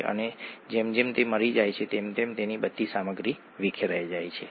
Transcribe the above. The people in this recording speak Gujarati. તેથી તે તમને અલગ પડેલી પ્રજાતિઓની સાંદ્રતા વિશેનો ખ્યાલ આપે છે